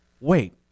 Wait